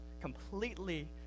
completely